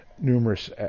numerous